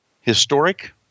historic